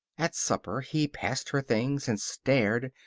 at supper he passed her things, and stared,